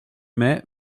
mai